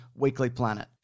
weeklyplanet